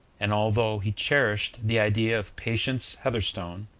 and although he cherished the idea of patience heatherstone,